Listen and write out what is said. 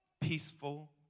peaceful